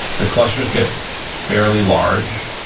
the clusters get fairly large,